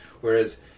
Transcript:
whereas